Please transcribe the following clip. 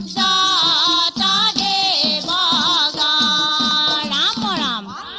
da da da ah da da but um